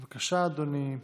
בבקשה, אדוני,